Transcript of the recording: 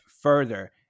further